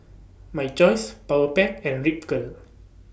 My Choice Powerpac and Ripcurl